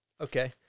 okay